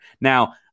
Now